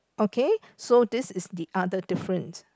okay so this is the other difference